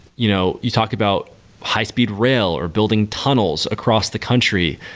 you know you talk about high-speed rail, or building tunnels across the country,